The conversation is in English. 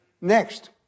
Next